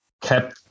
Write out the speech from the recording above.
kept